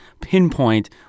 pinpoint